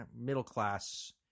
middle-class